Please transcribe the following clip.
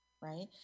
right